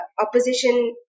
opposition